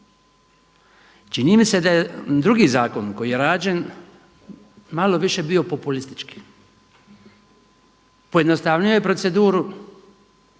Čini mi se da je drugi zakon koji je rađen malo više bio populistički. Pojednostavio je proceduru,